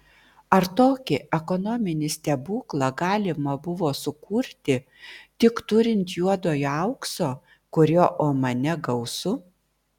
ar tokį ekonominį stebuklą galima buvo sukurti tik turint juodojo aukso kurio omane gausu